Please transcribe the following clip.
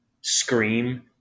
scream